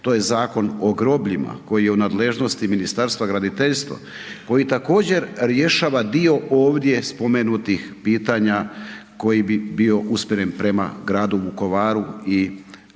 to je Zakon o grobljima koji je u nadležnosti Ministarstva graditeljstva, koji također rješava dio ovdje spomenutih pitanja koji bi bio usmjeren prema gradu Vukovaru i svemu